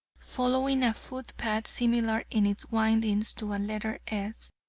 following a foot-path similar in its windings to a letter s,